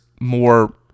more